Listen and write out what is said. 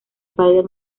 spider